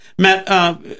Matt